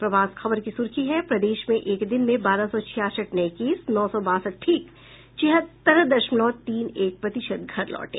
प्रभात खबर की सुर्खी है प्रदेश में एक दिन में बारह सौ छियासठ नये केस नौ सौ बासठ ठीक तिहत्तर दशमलव तीन एक प्रतिशत घर लौटे